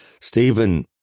Stephen